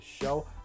show